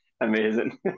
Amazing